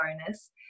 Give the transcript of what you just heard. bonus